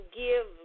give